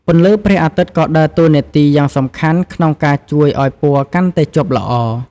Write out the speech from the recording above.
ពន្លឺព្រះអាទិត្យក៏ដើរតួនាទីយ៉ាងសំខាន់ក្នុងការជួយឱ្យពណ៌កាន់តែជាប់ល្អ។